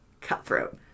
cutthroat